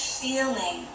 feeling